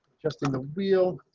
justin the wheel.